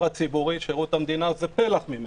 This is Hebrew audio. הציבורי ששירות המדינה זה פלח ממנו,